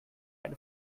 eine